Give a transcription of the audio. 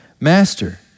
Master